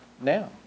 now